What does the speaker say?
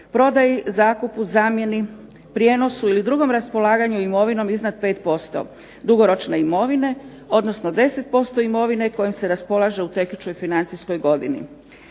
prodaji, zakupu, zamjeni, prijenosu ili drugom raspolaganju imovinom iznad 5% dugoročne imovine odnosno 10% imovine kojim se raspolaže u tekućoj financijskoj godini.